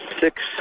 six